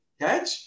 catch